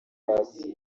paccy